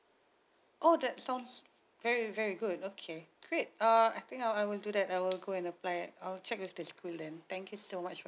oh that sounds very very good okay great uh I think I will do that I will go and apply it I'll check with the school then thank you so much for your